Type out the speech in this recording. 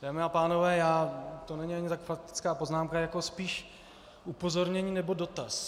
Dámy a pánové, to není ani tak faktická poznámka, jako spíš upozornění nebo dotaz.